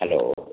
hello